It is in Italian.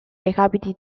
recapiti